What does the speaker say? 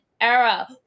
era